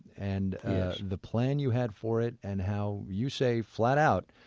and the plan you had for it, and how you say flat out,